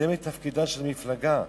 זה מתפקידה של מפלגה.